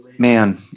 Man